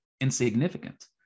insignificant